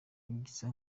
ibyiza